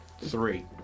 Three